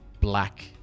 black